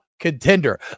contender